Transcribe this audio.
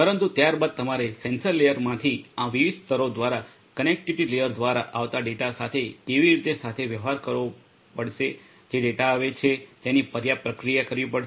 પરંતુ ત્યારબાદ તમારે સેન્સર લેયરમાંથી આ વિવિધ સ્તરો દ્વારા કનેક્ટિવિટી લેયર દ્વારા આવતા ડેટા સાથે કેવી રીતે સાથે વ્યવહાર કરવો પડશે જે ડેટા આવે છે તેની પર્યાપ્ત પ્રક્રિયા કરવી પડશે